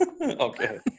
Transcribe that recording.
Okay